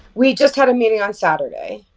we just had a meeting on saturday.